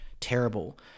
terrible